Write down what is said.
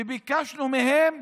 ביקשנו מהם,